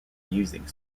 using